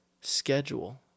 schedule